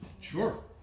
Sure